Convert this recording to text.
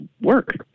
work